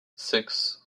six